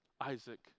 Isaac